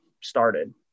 started